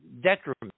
detriment